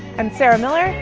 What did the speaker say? i'm sarah miller,